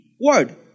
word